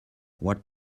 what